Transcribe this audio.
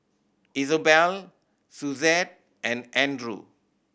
Isobel Suzette and Andrew